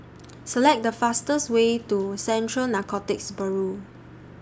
Select The fastest Way to Central Narcotics Bureau